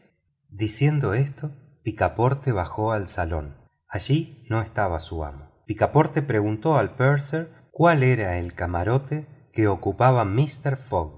diciendo esto picaporte bajó al salón allí no estaba su amo picaporte preguntó al purser cuál era el camarote que ocupaba mister fogg